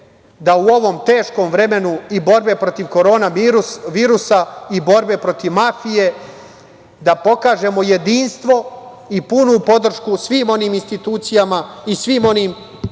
da u ovom teškom vremenu i borbe protiv korona virusa i borbe protiv mafije da pokažemo jedinstvo i punu podršku svim onim institucijama i svim onim